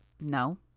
No